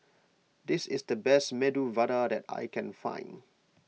this is the best Medu Vada that I can find